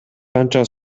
канча